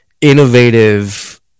innovative